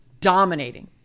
dominating